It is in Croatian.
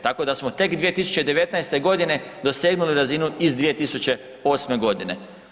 Tako da smo tek 2019. godine dosegnuli razinu iz 2008. godine.